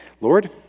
Lord